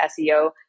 SEO